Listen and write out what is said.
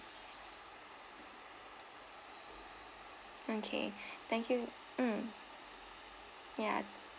okay thank you mm ya